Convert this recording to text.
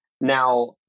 Now